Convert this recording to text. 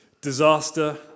disaster